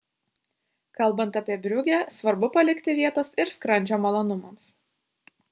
kalbant apie briugę svarbu palikti vietos ir skrandžio malonumams